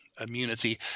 immunity